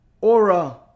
aura